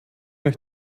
euch